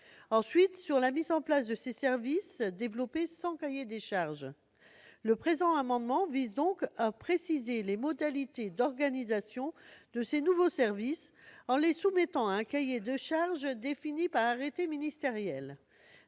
part, sur la mise en place de ces services développés sans cahier des charges. Cet amendement vise donc à préciser les modalités d'organisation de ces nouveaux services, en les soumettant à un cahier des charges défini par arrêté ministériel.